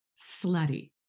Slutty